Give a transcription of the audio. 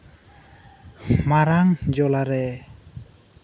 ᱢᱟᱨᱟᱝ ᱡᱚᱞᱟᱨᱮ